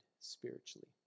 spiritually